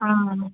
ହଁ